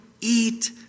eat